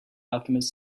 alchemist